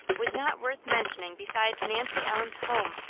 was not worth mentioning beside nancy ellen's home,